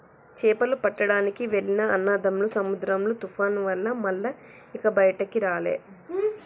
చేపలు పట్టడానికి వెళ్లిన అన్నదమ్ములు సముద్రంలో తుఫాను వల్ల మల్ల ఇక బయటికి రాలే